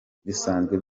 bisanzwe